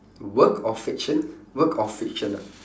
work of fiction work of fiction ah